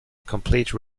complete